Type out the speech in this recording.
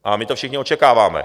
A my to všichni očekáváme.